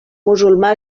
musulmà